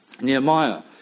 Nehemiah